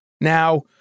Now